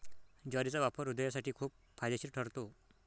ज्वारीचा वापर हृदयासाठी खूप फायदेशीर ठरतो